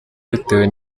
bitewe